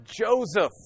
Joseph